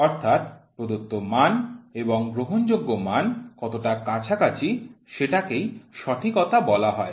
অর্থাৎ প্রদত্ত মান এবং গ্রহণযোগ্য মান কতটা কাছাকাছি সেটাকেই সঠিকতা বলা হয়